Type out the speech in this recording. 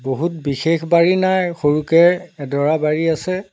বহুত বিশেষ বাৰী নাই সৰুকৈ এডৰা বাৰী আছে